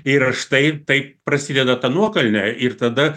ir štai taip prasideda ta nuokalne ir tada